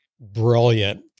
brilliant